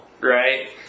right